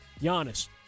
Giannis